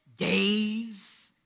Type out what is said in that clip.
days